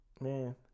man